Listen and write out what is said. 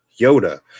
yoda